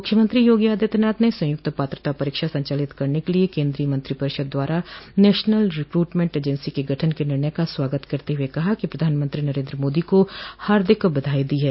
मुख्यमंत्री योगी आदित्यनाथ ने संयुक्त पात्रता परीक्षा संचालित करने के लिये केन्द्रीय मंत्रिपरिषद द्वारा नेशनल रिक्रूटमेंट एजेंसी के गठन के निर्णय का स्वागत करते हुए कहा कि प्रधानमंत्री नरेन्द्र मोदी को हार्दिक बधाई दी है